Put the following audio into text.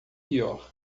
pior